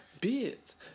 Beards